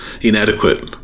inadequate